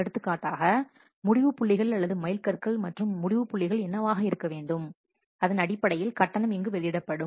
எடுத்துக்காட்டாக முடிவு புள்ளிகள் அல்லது மைல்கற்கள் மற்றும் முடிவு புள்ளிகள் என்னவாக இருக்க வேண்டும் அதன் அடிப்படையில் கட்டணம் எங்கு வெளியிடப்படும்